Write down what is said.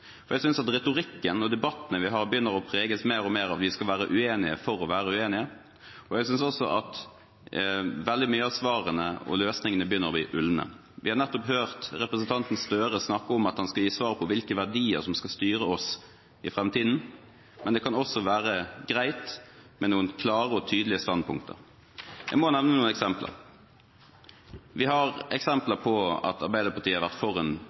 Jeg synes at retorikken og debattene vi har, begynner å preges mer og mer av at vi skal være uenige for å være uenige, og jeg synes også at veldig mange av svarene og løsningene begynner å bli ulne. Vi har nettopp hørt representanten Gahr Støre snakke om at han skal gi svar på hvilke verdier som skal styre oss i framtiden. Men det kan også være greit med noen klare og tydelige standpunkter. Jeg må nevne noen eksempler. Arbeiderpartiet har